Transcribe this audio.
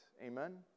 Amen